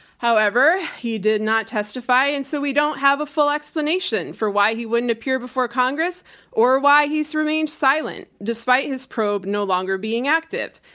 however, he did not testify, and so we don't have a full explanation for why he wouldn't appear before congress or why he's remained silent despite his probe no longer being active.